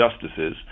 justices